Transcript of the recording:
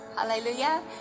Hallelujah